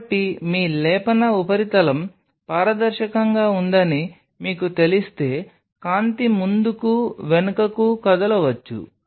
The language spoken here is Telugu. కాబట్టి మీ లేపన ఉపరితలం పారదర్శకంగా ఉందని మీకు తెలిస్తే కాంతి ముందుకు వెనుకకు కదలవచ్చు